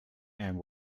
and